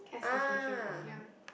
ah